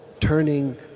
turning